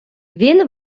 він